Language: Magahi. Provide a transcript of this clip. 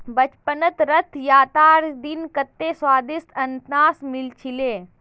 बचपनत रथ यात्रार दिन कत्ते स्वदिष्ट अनन्नास मिल छिले